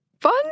fun